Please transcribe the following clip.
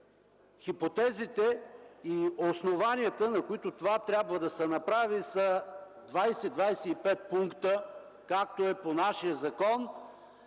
хипотезите и основанията, на които това трябва да се направи, са 20-25 пункта, както е по нашия закон,